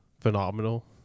phenomenal